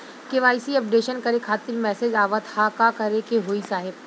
KYC updation करें खातिर message आवत ह का करे के होई साहब?